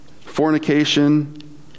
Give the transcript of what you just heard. fornication